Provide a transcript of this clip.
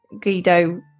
Guido